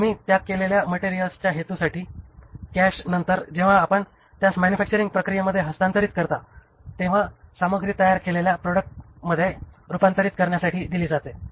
आम्ही त्याग केलेल्या मटेरियलच्या हेतूसाठी कॅश नंतर जेव्हा आपण त्यास मॅन्युफॅक्चरिंग प्रक्रियेमध्ये हस्तांतरित करता तेव्हा सामग्री तयार केलेल्या प्रॉडक्टमध्ये रूपांतरित करण्यासाठी दिली जाते